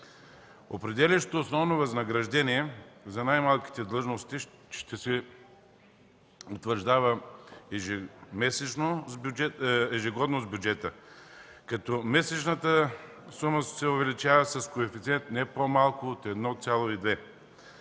Определящо основно възнаграждение за най-малките длъжности ще се утвърждава ежегодно с бюджета, като месечната сума се увеличава с коефициент не по-малко от 1,2.